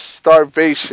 starvation